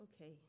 Okay